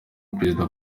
perezida